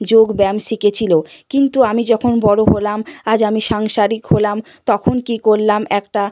যোগব্যায়াম শিখেছিল কিন্তু আমি যখন বড় হলাম আজ আমি সাংসারিক হলাম তখন কী করলাম একটা